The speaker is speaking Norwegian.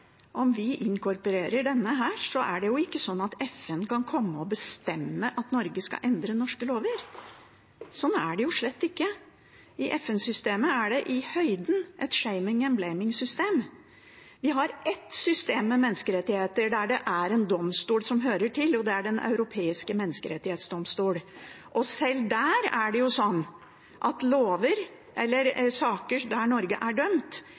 Om vi inkorporerer denne, er det jo ikke sånn at FN kan komme og bestemme at Norge skal endre norske lover. Sånn er det slett ikke. I FN-systemet er det i høyden et «shaming and blaming»-system. Vi har ett system med menneskerettigheter der det er en domstol som hører til, og det er Den europeiske menneskerettsdomstol. Sjøl der er det sånn at i saker der Norge er dømt,